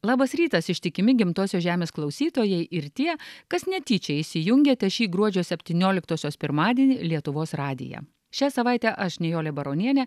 labas rytas ištikimi gimtosios žemės klausytojai ir tie kas netyčia įsijungėte šį gruodžio septynioliktosios pirmadienį lietuvos radiją šią savaitę aš nijolė baronienė